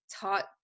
taught